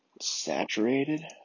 saturated